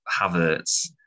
Havertz